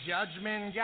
Judgment